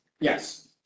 Yes